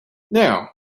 now